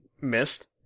missed